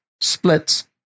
splits